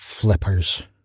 flippers